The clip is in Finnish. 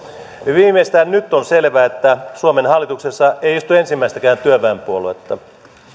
viimeistään nyt on selvää että suomen hallituksessa ei istu ensimmäistäkään työväenpuoluetta